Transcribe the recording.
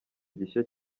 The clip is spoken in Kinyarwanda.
gishya